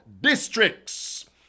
districts